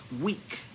week